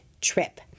trip